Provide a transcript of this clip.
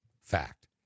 Fact